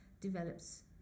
develops